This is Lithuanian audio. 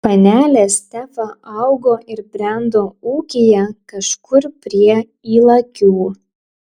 panelė stefa augo ir brendo ūkyje kažkur prie ylakių